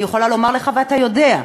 אני יכולה לומר לך, ואתה יודע,